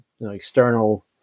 external